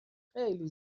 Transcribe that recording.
خیلی